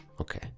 Okay